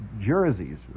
jerseys